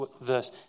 verse